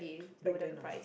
back then ah